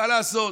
מה לעשות?